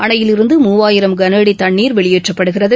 அணையிலிருந்து மூவாயிரம் கனஆடி தண்ணீர் வெளியேற்றப்படுகிறது